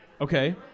Okay